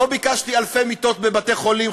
לא ביקשתי אלפי מיטות בבתי-חולים,